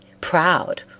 proud